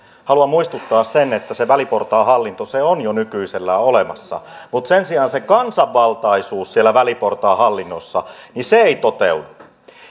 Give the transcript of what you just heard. haluan muistuttaa että se väliportaan hallinto on jo nykyisellään olemassa mutta sen sijaan se kansanvaltaisuus siellä väliportaan hallinnossa ei toteudu